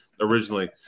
originally